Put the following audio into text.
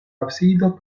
absido